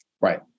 Right